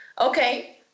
okay